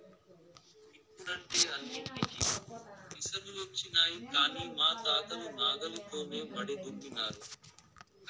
ఇప్పుడంటే అన్నింటికీ మిసనులొచ్చినాయి కానీ మా తాతలు నాగలితోనే మడి దున్నినారు